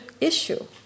issue